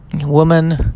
Woman